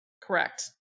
Correct